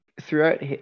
Throughout